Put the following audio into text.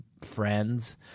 friends